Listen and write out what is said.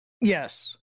Yes